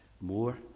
more